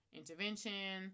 intervention